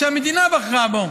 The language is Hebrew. שהמדינה בחרה בו.